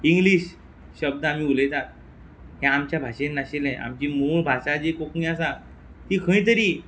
English शब्द आमी उलयतात हे आमच्या भाशेन नाशिल्ले आमची मूळ भाशा जी कोंकणी आसा ती खंय तरी